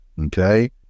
Okay